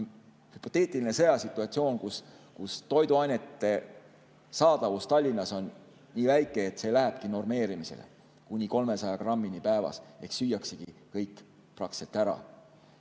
hüpoteetiline sõjasituatsioon, kus toiduainete saadavus Tallinnas on nii väike, et see lähebki normeerimisele kuni 300 grammini päevas ehk süüaksegi kõik praktiliselt ära.